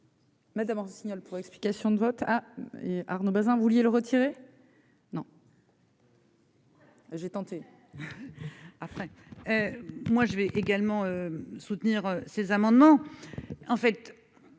le signal pour explication de vote ah et Arnaud Bazin vous vouliez le retirer non. J'ai tenté après moi je vais également soutenir ces amendements